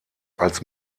als